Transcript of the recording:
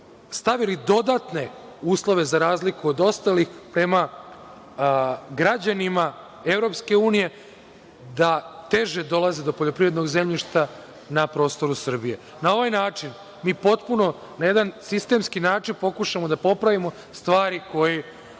stavili dodatne uslove za razliku od ostalih prema građanima EU da teže dolaze do poljoprivrednog zemljišta na prostoru Srbije. Na ovaj način mi potpuno, na jedan sistemski način pokušamo da popravimo stvari koje